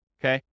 okay